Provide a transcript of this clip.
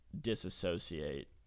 disassociate